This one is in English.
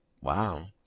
Wow